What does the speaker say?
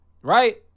Right